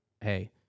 Hey